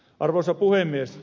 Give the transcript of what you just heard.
arvoisa puhemies